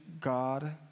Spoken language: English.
God